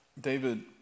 David